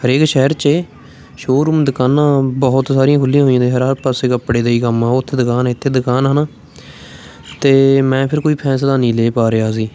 ਹਰੇਕ ਸ਼ਹਿਰ 'ਚ ਸ਼ੋਅਰੂਮ ਦੁਕਾਨਾਂ ਬਹੁਤ ਸਾਰੀਆਂ ਖੁੱਲ੍ਹੀਆਂ ਹੋਈਆਂ ਨੇ ਹਰ ਪਾਸੇ ਕੱਪੜੇ ਦਾ ਹੀ ਕੰਮ ਆ ਉੱਥੇ ਦੁਕਾਨ ਇੱਥੇ ਦੁਕਾਨ ਹੈ ਨਾ ਅਤੇ ਮੈਂ ਫਿਰ ਕੋਈ ਫੈਸਲਾ ਨਹੀਂ ਲੈ ਪਾ ਰਿਹਾ ਸੀ